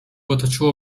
otoczyło